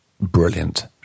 brilliant